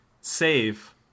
save